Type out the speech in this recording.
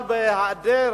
אבל בהיעדר